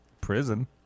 Prison